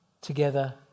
Together